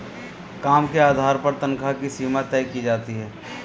काम के आधार पर तन्ख्वाह की सीमा तय की जाती है